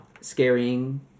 scaring